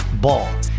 Ball